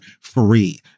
free